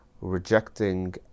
rejecting